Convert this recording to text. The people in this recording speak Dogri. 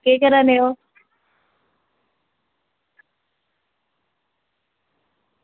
केह् कराने ओ